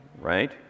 right